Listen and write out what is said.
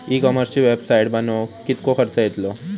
E कॉमर्सची website बनवक किततो खर्च येतलो?